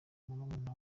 murumuna